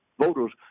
voters